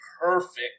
perfect